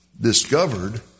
discovered